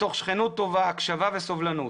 מתוך שכנות טובה, הקשבה וסובלנות.